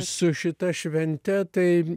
su šita švente tai